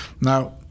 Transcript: Now